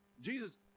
Jesus